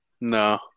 No